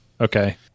Okay